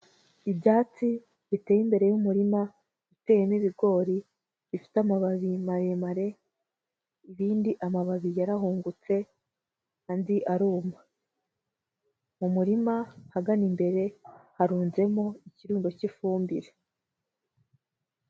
Ibyatsi biteye imbere y'umurima uteyemo ibigori bifite amababi maremare, ibindi amababi yarahungutse andi aruma. Mu murima hagana imbere harunzemo ikirundo cy'ifumbire.